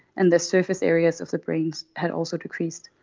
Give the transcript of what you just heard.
and the surface areas of the brains had also decreased.